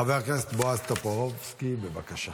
חבר הכנסת בועז טופורובסקי, בבקשה.